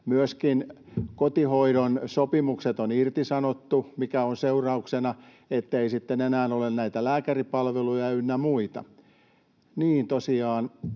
Myöskin kotihoidon sopimukset on irtisanottu, millä on seurauksena, ettei sitten enää ole näitä lääkäripalveluja ynnä muita.